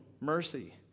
mercy